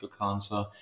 cancer